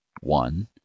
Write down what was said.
one